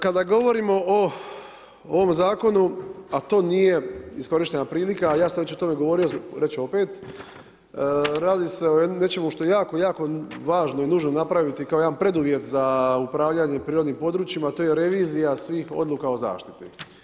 Kada govorimo o ovom zakonu, a to nije iskorištena prilika, a ja sam već o tome govorio, reći ću opet, radi se o jednom, nečemu, što je jako jako, važno i nužno napraviti kao jedan preduvjet za upravljanjem prirodnim područjima, to je revizija svih odluka o zaštiti.